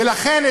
ולכן,